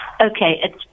Okay